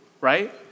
right